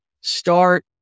Start